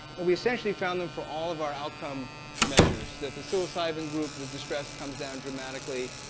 and we essentially found them for all of our outcome measures. that the psilocybin group, the distress comes down dramatically.